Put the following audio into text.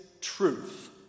truth